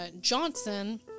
johnson